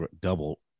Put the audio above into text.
double